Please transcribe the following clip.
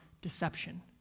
deception